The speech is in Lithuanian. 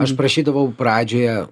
aš prašydavau pradžioje